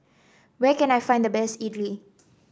where can I find the best idly